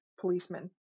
policeman